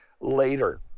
later